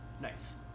Nice